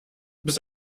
bis